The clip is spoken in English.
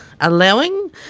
allowing